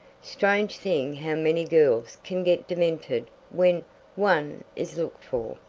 strange thing how many girls can get demented when one is looked.